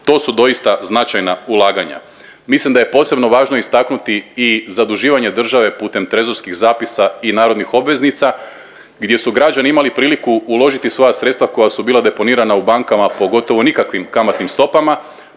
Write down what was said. To su doista značajna ulaganja. Mislim da je posebno važno istaknuti i zaduživanje države putem trezorskih zapisa i narodnih obveznica gdje su građani imali priliku uložiti svoja sredstva koja su bila deponirana u bankama po gotovo nikakvim kamatnim stopama